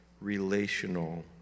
relational